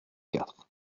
quatre